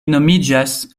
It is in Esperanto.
nomiĝas